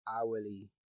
hourly